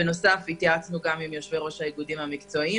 התייעצנו עם יושבי-ראש איגודים מקצועיים